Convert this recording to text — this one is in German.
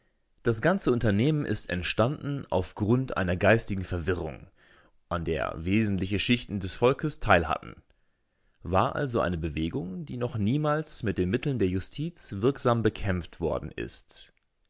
das ganze unternehmen ist entstanden auf grund einer geistigen verwirrung an der wesentliche schichten des volkes teilhatten war also eine bewegung die noch niemals mit den mitteln der justiz wirksam bekämpft worden ist